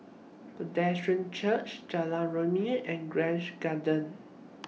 Presbyterian Church Jalan Rumia and Grange Garden